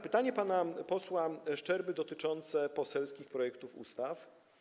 Pytanie pana posła Szczerby dotyczyło poselskich projektów ustaw.